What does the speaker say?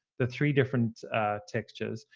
the three different textures.